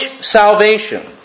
salvation